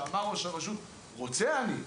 כשראש הרשות אמר "רוצה אני,